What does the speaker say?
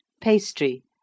pastry